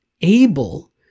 able